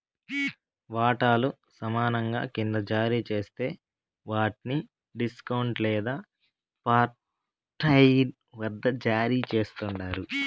వాటాలు సమానంగా కింద జారీ జేస్తే వాట్ని డిస్కౌంట్ లేదా పార్ట్పెయిడ్ వద్ద జారీ చేస్తండారు